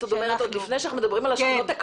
את אומרת שלפני שאנחנו מדברים על השכונות הכלואות,